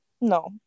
No